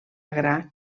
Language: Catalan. gra